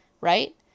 right